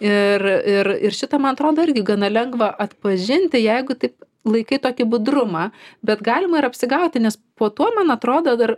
ir ir ir šitą man atrodo irgi gana lengva atpažinti jeigu taip laikai tokį budrumą bet galima ir apsigauti nes po tuo man atrodo dar